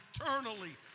eternally